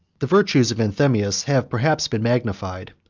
the virtues of anthemius have perhaps been magnified,